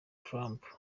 trump